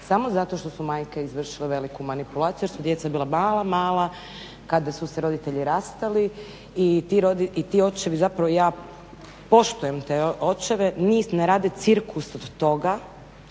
samo zato što su majke izvršile veliku manipulaciju jer su djeca bila mala, mala kada su se roditelji rastali i ti očevi zapravo, ja poštujem te očeve, nit ne rade cirkus od toga